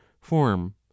form